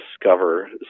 discover